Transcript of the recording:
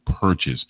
purchase